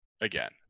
again